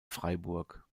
freiburg